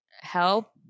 help